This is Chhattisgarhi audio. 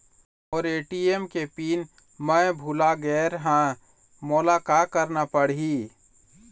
मोर ए.टी.एम के पिन मैं भुला गैर ह, मोला का करना पढ़ही?